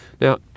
Now